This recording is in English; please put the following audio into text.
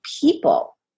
people